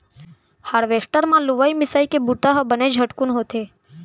harvester म लुवई मिंसइ के बुंता ह बने झटकुन होथे